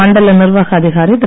மண்டல நிர்வாக அதிகாரி திரு